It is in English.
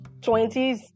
20s